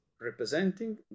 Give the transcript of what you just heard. representing